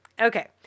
Okay